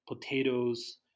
potatoes